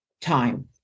time